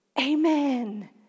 Amen